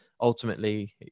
ultimately